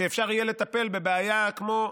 שאפשר יהיה לטפל בבעיה כמו